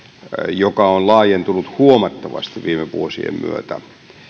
joka on laajentunut huomattavasti viime vuosien myötä